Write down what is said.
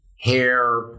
hair